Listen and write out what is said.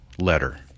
letter